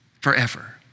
forever